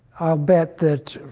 i'll bet that,